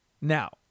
Now